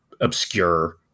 obscure